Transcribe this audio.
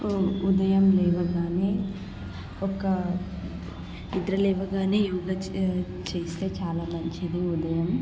ఉదయం లేవగానే ఒక నిద్ర లేవగానే యోగా చే చేస్తే చాలా మంచిది ఉదయం